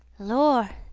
lor!